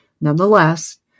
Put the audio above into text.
Nonetheless